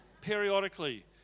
periodically